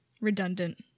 redundant